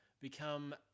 become